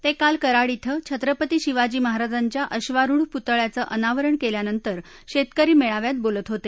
ते काल कराड इथं छत्रपती शिवाजी महाराजांच्या अश्वारुढ पुतळ्याचं अनावरण केल्यानंतर शेतकरी मेळाव्यात बोलत होते